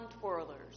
twirlers